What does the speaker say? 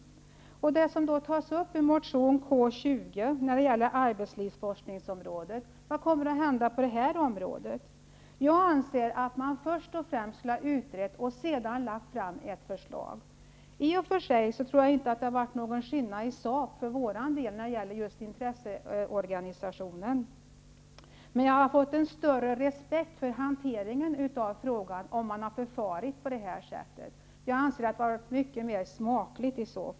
I Vad kommer att hända på det området? Jag anser att man först skulle ha utrett, och sedan skulle man lagt fram ett förslag. Jag tror i och för sig inte att det skulle ha blivit någon skillnad i sak för vår del när det gäller intresseorganisationen. Men jag skulle ha fått en större respekt för hanteringen av frågan om man hade förfarit på det sättet. Jag anser att det skulle ha varit mycket mera smakligt.